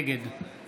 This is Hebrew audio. נגד